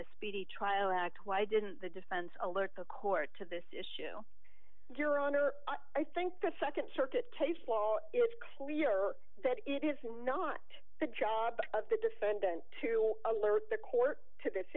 the speedy trial act why didn't the defense alert the court to this issue your honor i think the nd circuit takes law it's clear that it is not the job of the defendant to alert the court to this